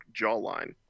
jawline